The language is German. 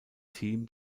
team